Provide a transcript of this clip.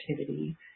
activity